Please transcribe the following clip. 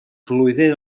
flwyddyn